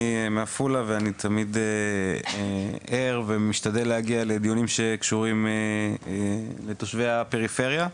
אני מעפולה ואני תמיד ער ומשתדל להגיע לדיונים שקשורים לתושבי הפריפריה,